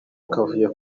kavuyo